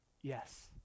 Yes